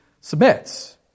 submits